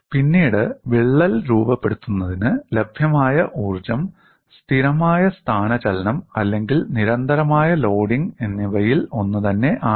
പിന്നീട് വിള്ളൽ രൂപപ്പെടുന്നതിന് ലഭ്യമായ ഊർജ്ജം സ്ഥിരമായ സ്ഥാനചലനം അല്ലെങ്കിൽ നിരന്തരമായ ലോഡിംഗ് എന്നിവയിൽ ഒന്നുതന്നെ ആണ്